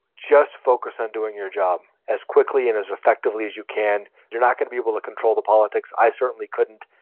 just focus on doing your job as quickly and as effectively as you can. you're not going to be able to control the politics. i certainly couldn't.